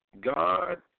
God